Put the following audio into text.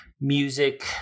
music